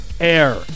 air